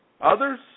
Others